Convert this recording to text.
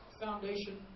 foundation